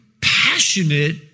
passionate